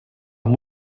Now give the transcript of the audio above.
amb